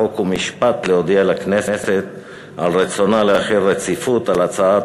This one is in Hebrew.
חוק ומשפט להודיע לכנסת על רצונה להחיל רציפות על הצעת